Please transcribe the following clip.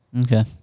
Okay